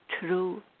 true